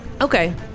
Okay